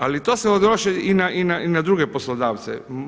Ali to se odnosi i na druge poslodavce.